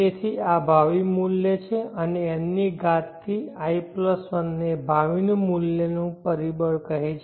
તેથી આ ભાવિ મૂલ્ય છે અને n ની ઘાત થી i 1 ને ભાવિ મૂલ્યનું પરિબળ કહે છે